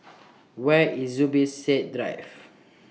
Where IS Zubir Said Drive